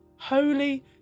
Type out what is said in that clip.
holy